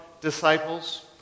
disciples